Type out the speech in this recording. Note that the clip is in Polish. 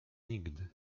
nigdy